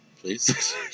please